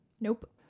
nope